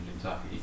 Kentucky